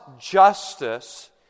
justice